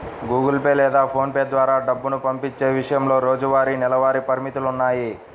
Google Pay లేదా PhonePe ద్వారా డబ్బు పంపించే విషయంలో రోజువారీ, నెలవారీ పరిమితులున్నాయి